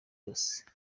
yose